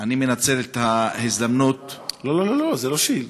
לא לא לא, זה לא שאילתות.